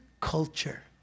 culture